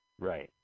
Right